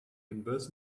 converse